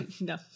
No